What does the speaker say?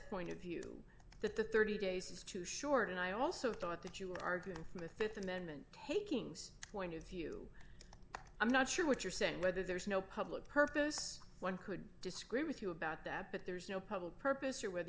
point of view that the thirty days is too short and i also thought that you were arguing for the th amendment takings point of view i'm not sure what you're saying whether there's no public purpose one could disagree with you about that but there's no public purpose or whether